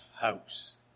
house